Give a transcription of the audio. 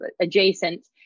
adjacent